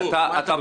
לא,